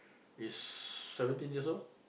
is seventeen years old